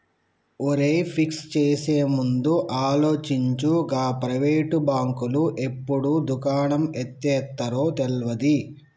ఒరేయ్, ఫిక్స్ చేసేముందు ఆలోచించు, గా ప్రైవేటు బాంకులు ఎప్పుడు దుకాణం ఎత్తేత్తరో తెల్వది